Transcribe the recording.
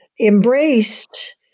embraced